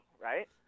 right